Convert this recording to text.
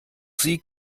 sie